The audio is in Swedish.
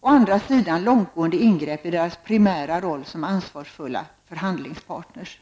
Å andra sidan långtgående ingrepp i deras primära roll som ansvarsfulla förhandlingspartners.